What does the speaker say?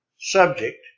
subject